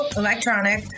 electronic